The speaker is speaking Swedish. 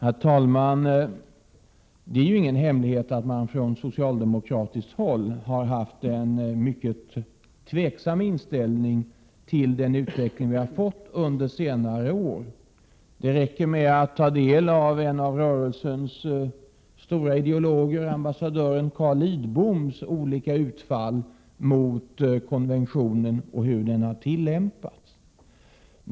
Herr talman! Det är ingen hemlighet att man från socialdemokratiskt håll har varit mycket tveksam till utvecklingen under senare år. Det räcker med att ta del av en av rörelsens stora ideologers, ambassadör Carl Lidboms, olika utfall mot konventionen och hur den har tillämpats.